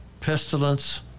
pestilence